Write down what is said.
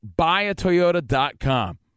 buyatoyota.com